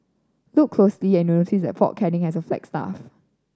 look closely and you'll notice that Fort Canning has a flagstaff